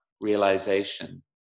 realization